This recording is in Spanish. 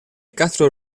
castro